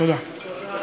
תודה.